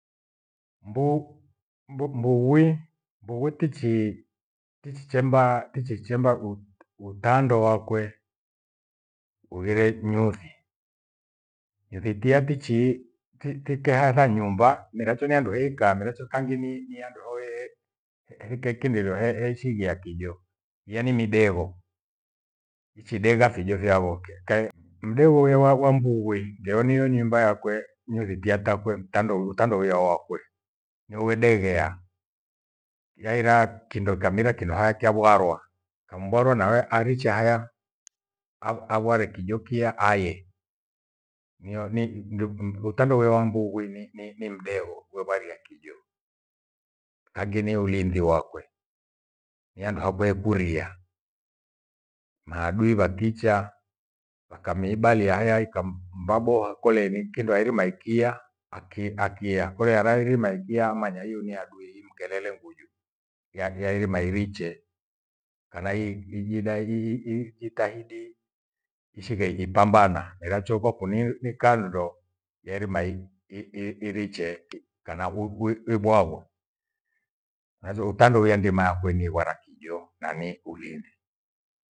Mbu- mbu- mbughui, mbughi tichii, tichichemba- tichichemba utando wakwe ughire nyuthi nyužitia fichi ti- tikeatha nyumba mirachu nihandu heikaa, mirachu kangi ni kangi ni- ni handu hoyeye ethike kindirio he- heishighia kijo yaani midegho. Ichidegha fíjo vya woke midegho wiya wa mbughi ndiyo ni nyumba yakwe nyuthi tiyatakwe mtando- utando wia wakwe niuwedeghea. Yaira kindo kamira kinohakyabarwa kamborwa nae harichia haya aware kijo kiya aye. Ni utando uwe wa mbughi ni- ni mdegho we varia kijo. Kangi ni ulizi wakwe, ni handu hakwe ikuria maadui vyakicha vakamiibalai hei haika mmba boa kole nikindo hairima ikiya, aki- aki- akiya. Kole arairima ikiya amanya hio ni handui imkelele nguju, yairima iriche kana ijitahidi ishighe ikipambana miracho ni kwakune ni kando ya irima i- i- iriche kana ha hivo utandu huya ndima yakwe nigwara kijo na ni ulinthi.